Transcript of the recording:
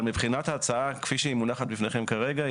אבל מבחינת ההצעה כפי שהוא מונחת בפניכם כרגע,